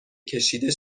کشیده